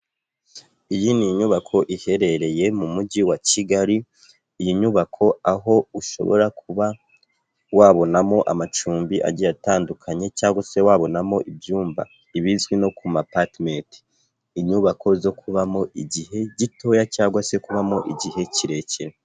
Iyi ni inyubako iherereye mu mujyi wa Kigali, iyi nyubako aho ushobora kuba wabonamo amacumbi agiye atandukanye cyangwa se wabonamo ibyumba ibizwi nko kuma (apartment) inyubako zo kubamo igihe gitoya cyangwag se kubamo igihe kirekire.